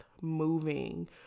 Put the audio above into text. moving